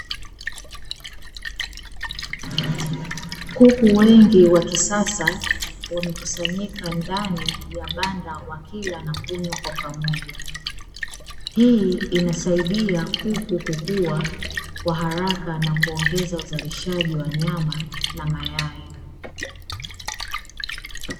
Kuku wengi wa kisasa wamekusanyika ndani ya banda wakila na kunywa kwa pamoja, hii inasaidia kuku kukua kwa haraka na kuongeza uzalishaji wa nyama na mayai.